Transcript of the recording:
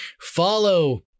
follow